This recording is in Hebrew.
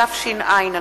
התש”ע 2010,